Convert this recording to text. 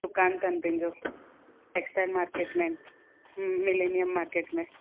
दुकान अथनि पंहिंजो टेक्स टाइल मार्केट में आहिनि मिलेनियम मार्केट में